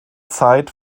zeit